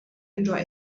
enjoy